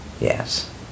Yes